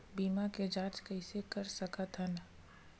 बीमा के जांच कइसे कर सकत हन?